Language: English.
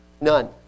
None